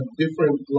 different